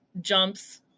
jumps